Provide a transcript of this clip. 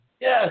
Yes